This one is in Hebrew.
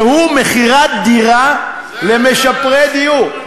שהוא מכירת דירה למשפרי דיור.